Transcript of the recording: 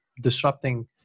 disrupting